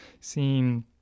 seeing